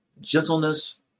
gentleness